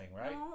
right